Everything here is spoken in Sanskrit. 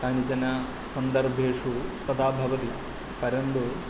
कानिचन सन्दर्भेषु तदा भवति परन्तु